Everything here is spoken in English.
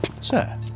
Sir